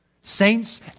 saints